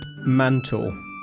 Mantle